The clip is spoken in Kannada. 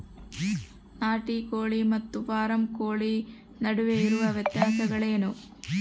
ನಾಟಿ ಕೋಳಿ ಮತ್ತು ಫಾರಂ ಕೋಳಿ ನಡುವೆ ಇರುವ ವ್ಯತ್ಯಾಸಗಳೇನು?